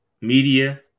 media